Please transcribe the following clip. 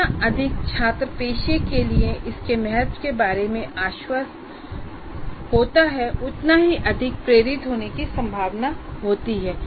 जितना अधिक छात्र पेशे के लिए इसके महत्व के बारे में आश्वस्त होता है उतना ही अधिक प्रेरित होने की संभावना होती है